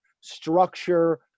structure